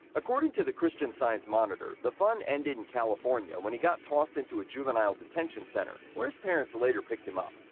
according to the christian science monitor, the fun ended in california, when he got tossed into a juvenile detention center, where his parents later picked him up.